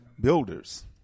builders